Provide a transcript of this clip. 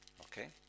Okay